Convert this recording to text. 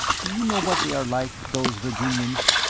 do you know what they are like, those virginians?